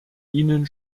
ihnen